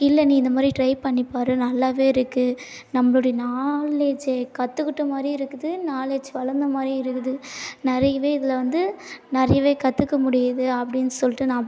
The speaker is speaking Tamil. இல்லை நீ இந்த மாதிரி ட்ரை பண்ணிப் பாரு நல்லாவே இருக்கு நம்மளுடைய நாலேஜ்ஜை கற்றுக்கிட்ட மாதிரியும் இருக்குது நாலேஜ் வளர்ந்த மாதிரியும் இருக்குது நிறையவே இதில் வந்து நிறையவே கற்றுக்க முடியுது அப்படின்னு சொல்லிட்டு நான்